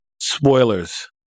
Spoilers